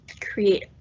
create